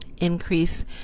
increase